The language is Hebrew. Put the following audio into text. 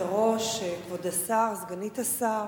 כבוד היושבת-ראש, כבוד השר, סגנית השר